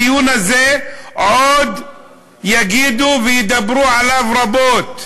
הדיון הזה, עוד יגידו וידברו עליו רבות.